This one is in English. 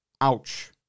Ouch